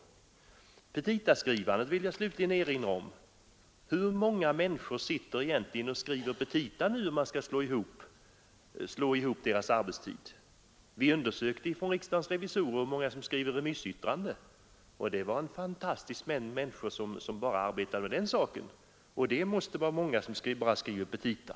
Jag vill slutligen erinra om petitaskrivandet. Hur många människor sitter inte nu och skriver petita! Riksdagens revisorer undersökte hur många som skriver remissyttranden, och det var en fantastisk mängd människor som arbetade bara med detta. Det måste därför vara många som skriver petita.